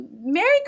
Merry